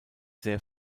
sehr